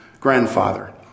grandfather